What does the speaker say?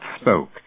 spoke